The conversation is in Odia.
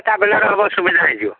ହେବ ସୁବିଧା ହୋଇଯିବ